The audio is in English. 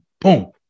boom